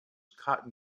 cotton